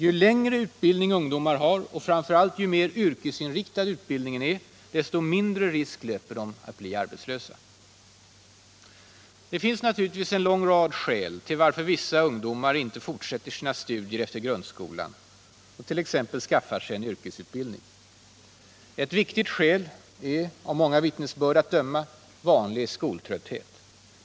Ju längre utbildning ungdomar har och framför allt ju mer yrkesinriktad utbildningen är, desto mindre risk löper de att bli arbetslösa. Det finns naturligtvis en lång rad skäl till att vissa ungdomar inte fortsätter sina studier efter grundskolan och exempelvis skaffar sig en yrkesutbildning. Ett viktigt skäl är av många vittnesbörd att döma vanlig skoltrötthet.